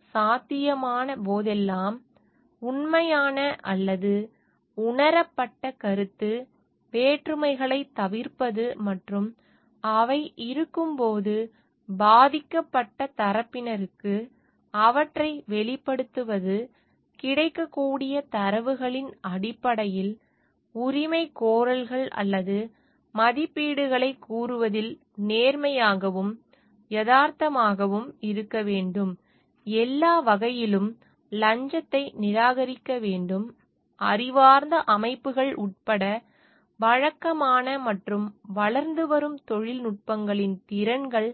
இரண்டு சாத்தியமான போதெல்லாம் உண்மையான அல்லது உணரப்பட்ட கருத்து வேற்றுமைகளைத் தவிர்ப்பது மற்றும் அவை இருக்கும் போது பாதிக்கப்பட்ட தரப்பினருக்கு அவற்றை வெளிப்படுத்துவது கிடைக்கக்கூடிய தரவுகளின் அடிப்படையில் உரிமைகோரல்கள் அல்லது மதிப்பீடுகளை கூறுவதில் நேர்மையாகவும் யதார்த்தமாகவும் இருக்க வேண்டும் எல்லா வகையிலும் லஞ்சத்தை நிராகரிக்க வேண்டும் அறிவார்ந்த அமைப்புகள் உட்பட வழக்கமான மற்றும் வளர்ந்து வரும் தொழில்நுட்பங்களின் திறன்கள்